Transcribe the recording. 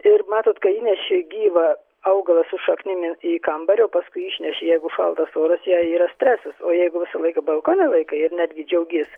ir matot kai įneši gyvą augalą su šaknim į kambarį o paskui išneši jeigu šaltas oras jai yra stresas o jeigu visą laiką balkone laikai ir netgi džiaugiesi